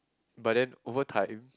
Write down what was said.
but then over time